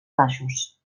baixos